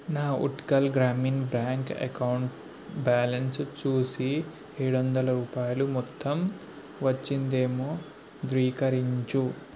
నా Utkal Grameen bank account balance చూసి ఏడు వందల రూపాయలు మొత్తం వచ్చిందేమో ధృవీకరించు